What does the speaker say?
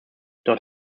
doch